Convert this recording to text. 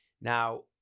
Now